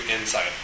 inside